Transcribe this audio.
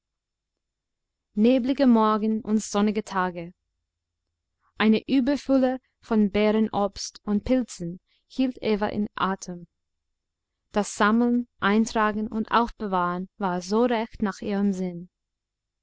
neblige morgen und sonnige tage eine überfülle von beerenobst und pilzen hielt eva in atem das sammeln eintragen und aufbewahren war so recht nach ihrem sinn